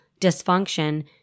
dysfunction